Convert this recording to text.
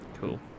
Cool